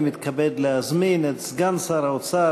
אני מתכבד להזמין את סגן שר האוצר,